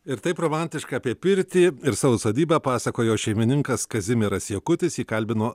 ir taip romantiškai apie pirtį ir savo sodybą pasakojo šeimininkas kazimieras jakutis jį kalbino